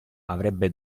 avrebbe